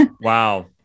Wow